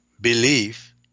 belief